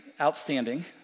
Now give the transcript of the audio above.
outstanding